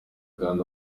kandi